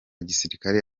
gisirikare